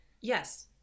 Yes